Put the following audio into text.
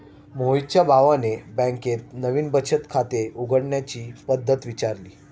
मोहितच्या भावाने बँकेत नवीन बचत खाते उघडण्याची पद्धत विचारली